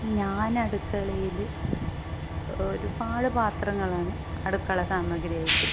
ഞാൻ അടുക്കളയിൽ ഒരുപാട് പാത്രങ്ങളാണ് അടുക്കള സാമഗ്രിയായിട്ട്